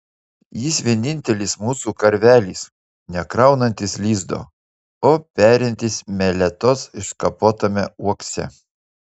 jis vienintelis mūsų karvelis nekraunantis lizdo o perintis meletos iškapotame uokse